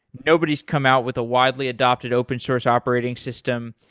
nobody's come out with a wildly adopted open-source operating system.